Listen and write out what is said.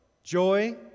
Joy